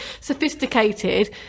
sophisticated